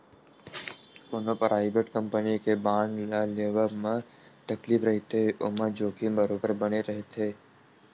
कोनो private company के bond ल लेवब म तकलीफ रहिथे ओमा जोखिम बरोबर बने रथे